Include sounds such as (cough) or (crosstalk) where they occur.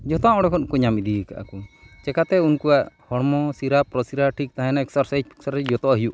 ᱡᱚᱛᱚᱣᱟᱜ ᱚᱸᱰᱮᱠᱷᱚᱱ ᱜᱮᱠᱚ ᱧᱟᱢ ᱤᱫᱤᱭᱟᱠᱟᱫ ᱟᱠᱚ ᱪᱤᱠᱟᱹᱛᱮ ᱩᱱᱠᱩᱣᱟᱜ ᱦᱚᱲᱢᱚ ᱥᱤᱨᱟᱹ ᱯᱨᱚᱥᱤᱨᱟ ᱴᱷᱤᱠ ᱛᱟᱦᱮᱱᱟ ᱮᱠᱥᱟᱨᱥᱟᱭᱤᱡᱽ (unintelligible) ᱡᱚᱛᱚᱣᱟᱜ ᱦᱩᱭᱩᱜ ᱠᱟᱱᱟ